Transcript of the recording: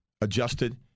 adjusted